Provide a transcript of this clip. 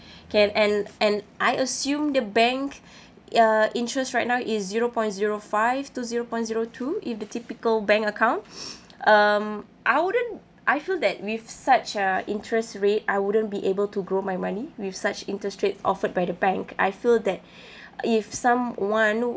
can and and I assume the bank uh interest right now is zero point zero five to zero point zero two if the typical bank accounts um I wouldn't I feel that with such uh interest rate I wouldn't be able to grow my money with such interest rates offered by the bank I feel that if someone